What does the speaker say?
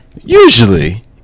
Usually